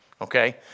okay